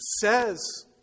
says